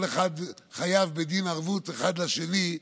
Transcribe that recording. כל אחד חייב בדין ערבות אחד לשני,